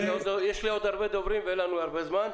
יש עוד הרבה דוברים ואין לנו עוד הרבה זמן.